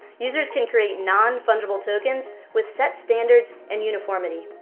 users can create non-fungible tokens with set standards and uniformity.